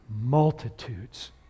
multitudes